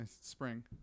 spring